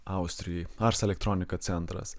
austrijoj ars elektronika centras